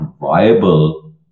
viable